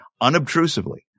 unobtrusively